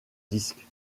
disque